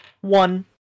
One